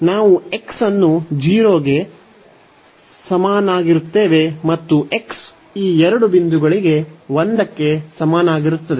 ನಾವು x ಅನ್ನು 0 ಗೆ ಸಮನಾಗಿರುತ್ತೇವೆ ಮತ್ತು x ಈ ಎರಡು ಬಿಂದುಗಳಿಗೆ 1 ಕ್ಕೆ ಸಮನಾಗಿರುತ್ತದೆ